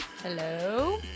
Hello